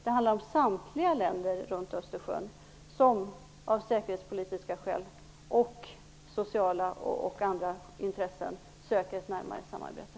Det handlar om samtliga länder runt Östersjön som av säkerhetspolitiska, sociala och andra skäl söker ett närmare samarbete.